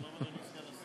שלום.